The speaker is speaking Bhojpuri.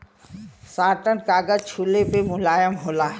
साटन कागज छुले पे मुलायम होला